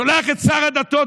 הוא שולח את שר הדתות,